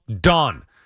done